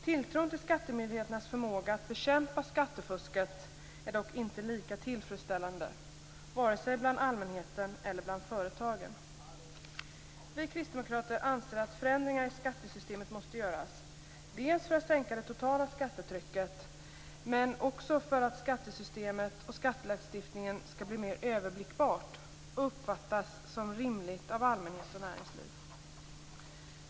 Tilltron till skattemyndigheternas förmåga att bekämpa skattefusket är dock inte lika tillfredsställande vare sig bland allmänheten eller bland företagen. Vi kristdemokrater anser att förändringar i skattesystemet måste göras - dels för att sänka det totala skattetrycket, dels också för att skattesystemet och skattelagstiftningen skall bli mer överblickbara och uppfattas som rimliga av allmänhet och näringsliv.